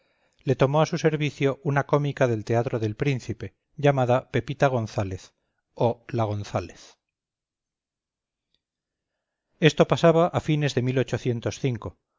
le tomó a su servicio una cómica del teatro del príncipe llamada pepita gonzález o la gonzález esto pasaba a fines de